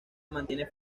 mantiene